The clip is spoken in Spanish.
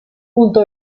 punto